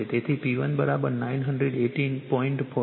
તેથી P1 980